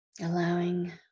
Allowing